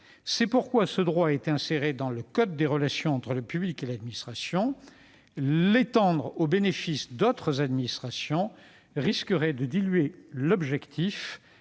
ajoutiez-vous, ce droit a été inséré dans le code des relations entre le public et l'administration. L'étendre au bénéfice d'autres administrations risquerait de diluer l'objectif